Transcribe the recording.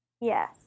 Yes